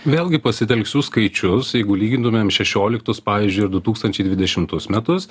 vėlgi pasitelksiu skaičius jeigu lygintumėm šešioliktus pavyzdžiui ir du tūkstančiai dvidešimtus metus